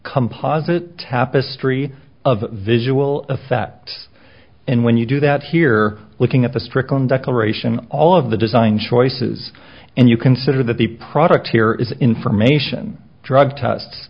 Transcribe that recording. composite tapestry of visual effects and when you do that here looking at the stricken declaration all of the design choices and you consider that the product here is information drug test